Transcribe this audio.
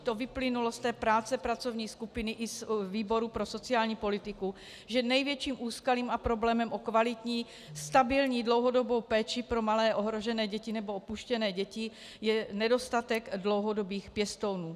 To vyplynulo z práce pracovní skupiny i z výboru pro sociální politiku, že největším úskalím a problémem kvalitní stabilní dlouhodobé péče o malé ohrožené děti nebo opuštěné děti je nedostatek dlouhodobých pěstounů.